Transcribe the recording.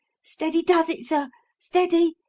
steady does it, sir steady,